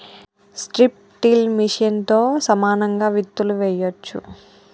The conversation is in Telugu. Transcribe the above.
స్ట్రిప్ టిల్ మెషిన్తో సమానంగా విత్తులు వేయొచ్చు